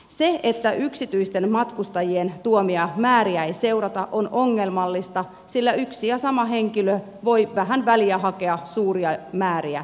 se että yksityisten matkustajien tuomia määriä ei seurata on ongelmallista sillä yksi ja sama henkilö voi vähän väliä hakea suuria määriä juotavaa